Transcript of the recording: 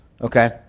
Okay